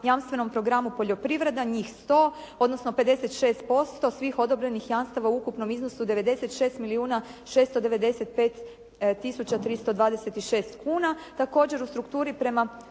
jamstvenom programu poljoprivreda, njih 100 odnosno 56% svih odobrenih jamstava u ukupnom iznosu od 96 milijuna 695 tisuća 326 kuna. Također u strukturi prema